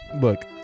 Look